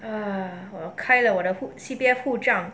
ah 我开了我的户 C_P_F 户账